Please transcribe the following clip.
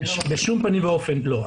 בשום פנים ואופן לא.